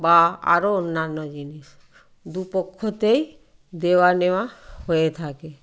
বা আরো অন্যান্য জিনিস দুপক্ষতেই দেওয়া নেওয়া হয়ে থাকে